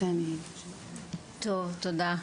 תודה.